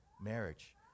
marriage